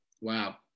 Wow